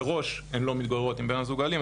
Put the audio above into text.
מראש הן לא מתגוררות עם בן הזוג האלים,